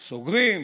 סוגרים,